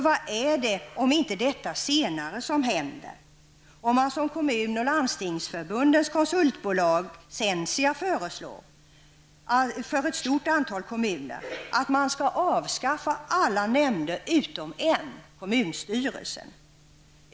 Vad är det om inte detta senare som händer om man, som kommun och landstingsförbundens konsultbolag Sensia föreslår för ett stort antal kommuner, avskaffar alla nämnder utom en, nämligen kommunstyrelsen?